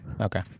Okay